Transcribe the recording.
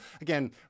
again